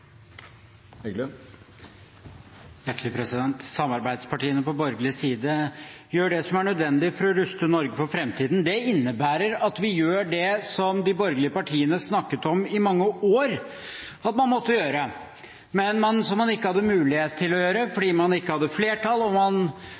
nødvendig for å ruste Norge for framtiden. Det innebærer at vi gjør det som de borgerlige partiene snakket om i mange år at man måtte gjøre, men som man ikke hadde mulighet til å gjøre, fordi man ikke hadde flertall. Man var nødt til å sitte og se på at de rød-grønne partiene la mye av grunnlaget for